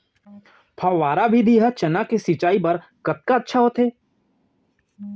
फव्वारा विधि ह चना के सिंचाई बर कतका अच्छा होथे?